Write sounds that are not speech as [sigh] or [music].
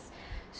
[breath]